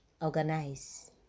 Organize